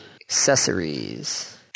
Accessories